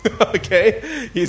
Okay